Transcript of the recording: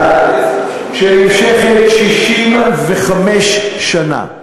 שנמשכת 65 שנה,